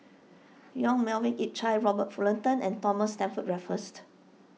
Yong Melvin Yik Chye Robert Fullerton and Thomas Stamford Raffles